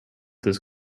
this